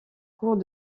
cours